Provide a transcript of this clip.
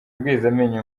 rwezamenyo